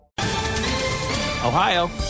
Ohio